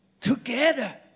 together